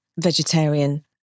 vegetarian